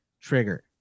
trigger